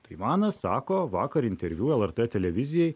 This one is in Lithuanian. taivanas sako vakar interviu lrt televizijai